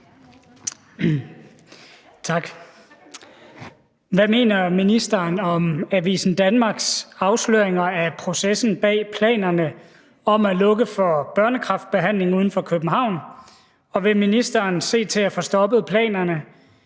Hvad mener ministeren om Avisen Danmarks afsløringer af processen bag planerne om at lukke for børnekræftbehandling uden for København, og vil ministeren se til at få stoppet planerne,